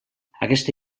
aquesta